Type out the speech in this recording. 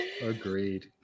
Agreed